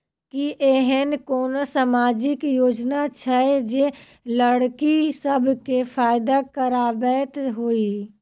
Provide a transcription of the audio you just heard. की एहेन कोनो सामाजिक योजना छै जे लड़की सब केँ फैदा कराबैत होइ?